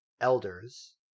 elders